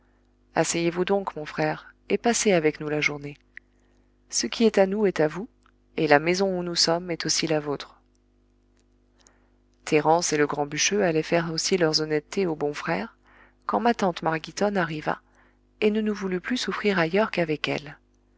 asseyez-vous donc mon frère et passez avec nous la journée ce qui est à nous est à vous et la maison où nous sommes est aussi la vôtre thérence et le grand bûcheux allaient faire aussi leurs honnêtetés au bon frère quand ma tante marghitonne arriva et ne nous voulut plus souffrir ailleurs qu'avec elle